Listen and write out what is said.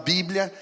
Bíblia